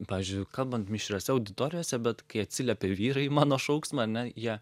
pavyzdžiui kalbant mišriose auditorijose bet kai atsiliepia vyrai į mano šauksmą ane jie